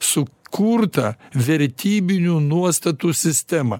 sukurtą vertybinių nuostatų sistemą